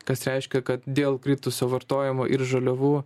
kas reiškia kad dėl kritusio vartojimo ir žaliavų